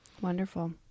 wonderful